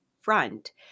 front